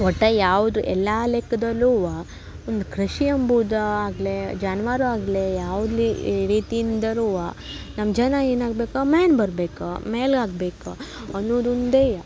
ಒಟ್ಟು ಯಾವುದು ಎಲ್ಲ ಲೆಕ್ಕದಲ್ಲೂ ಒಂದು ಕೃಷಿ ಎಂಬುದು ಆಗಲಿ ಜಾನುವಾರು ಆಗಲಿ ಯಾವ್ದ್ಲಿ ರೀತಿ ಇಂದಲೂ ನಮ್ಮ ಜನ ಏನಾಗ್ಬೇಕು ಮ್ಯಾನ್ ಬರ್ಬೇಕು ಮೇಲೆ ಆಗ್ಬೇಕು ಅನ್ನೂದು ಒಂದೇ